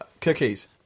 Cookies